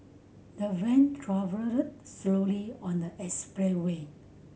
the van travelled slowly on the expressway